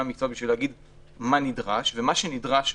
המקצוע כדי לומר מה נדרש ומה שנדרש,